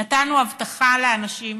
נתנו הבטחה לאנשים.